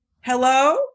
Hello